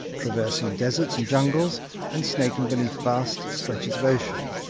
traversing deserts and jungles and snaking beneath vast stretches of ocean.